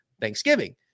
Thanksgiving